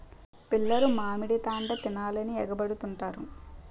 పిల్లలు మామిడి తాండ్ర తినాలని ఎగబడుతుంటారు